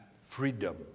Freedom